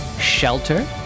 shelter